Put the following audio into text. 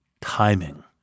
Timing